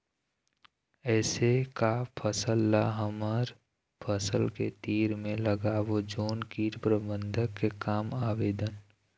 ऐसे का फसल ला हमर फसल के तीर मे लगाबो जोन कीट प्रबंधन के काम आवेदन?